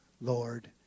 lord